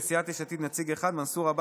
לסיעת יש עתיד נציג אחד: מנסור עבאס,